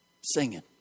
singing